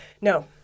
No